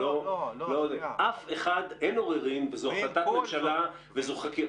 אין עוררין וזאת החלטת ממשלה,